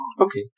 Okay